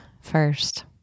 first